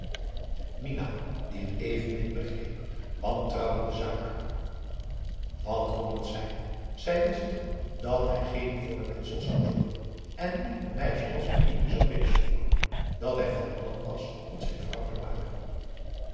minah die het evenmin begreep wantrouwde de zaak wat kon het zijn zij wist dat hij geen voorwendsel zou zoeken en niet een meisje als bediende zou binnensmokkelen dat hij van plan was tot zijn vrouw te maken